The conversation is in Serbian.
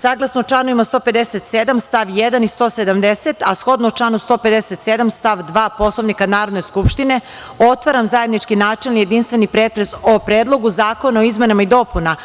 Saglasno čl. 157. stav 1. i 170, a shodno članu 157. stav 2. Poslovnika Narodne skupštine, otvaram zajednički načelni i jedinstveni pretres o Predlogu zakona o izmenama i dopunama